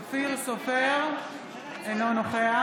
אינו נוכח